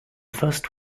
first